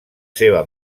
seva